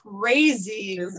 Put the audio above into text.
crazy